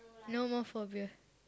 no more phobia